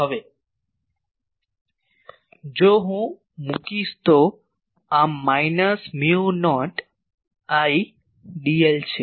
હવે જો હું મુકીશ તો આ માઈનસ મ્યુ નોટ Idl છે